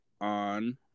on